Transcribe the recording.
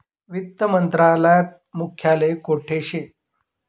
वित्त मंत्रालयात मुख्यालय कोठे शे